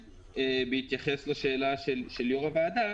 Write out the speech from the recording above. בהתייחס לשאלה של יו"ר הוועדה,